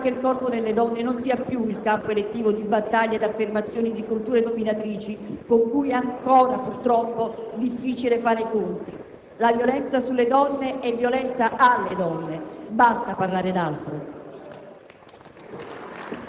Vogliamo che il corpo delle donne non sia più il campo elettivo di battaglie di affermazione di culture dominatrici con cui ancora, purtroppo, è difficile fare i conti. La violenza sulle donne è violenza alle donne, basta parlare di altro!